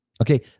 Okay